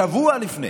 שבוע לפני